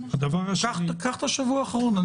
קח את השבוע האחרון.